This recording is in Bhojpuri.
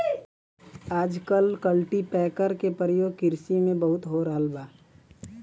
आजकल कल्टीपैकर के परियोग किरसी में बहुत हो रहल बा